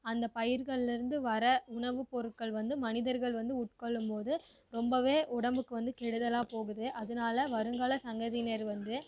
அந்த பயிர்கள்ல இருந்து வர உணவுப் பொருட்கள் வந்து மனிதர்கள் வந்து உட்கொள்ளும்போது ரொம்பவே உடம்புக்கு வந்து கெடுதலாக போகுது அதனால வருங்கால சங்கதியினர் வந்து